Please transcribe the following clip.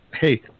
hey